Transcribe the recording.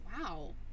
wow